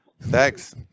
Thanks